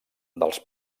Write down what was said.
dels